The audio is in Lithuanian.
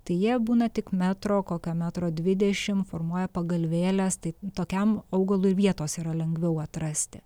tai jie būna tik metro kokie metro dvidešimt formuoja pagalvėlės tai tokiam augalui vietos yra lengviau atrasti